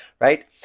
right